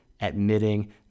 admitting